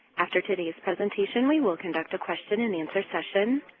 after today's presentation, we will conduct a question and answer session.